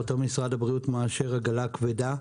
משרד הבריאות מאשר עגלה כבדה.